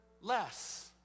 less